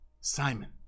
Simon